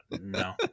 No